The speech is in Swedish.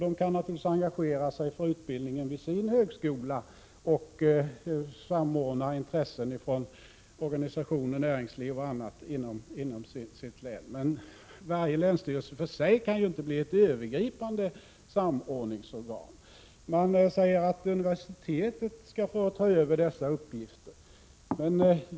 Den kan naturligtvis engagera sig för utbildningen vid sin högskola och samordna intressen för organisationer, näringsliv och annat inom sitt län, men varje länsstyrelse för sig kan ju inte bli ett övergripande samordningsorgan. Man säger att universitetet skall få ta över dessa uppgifter.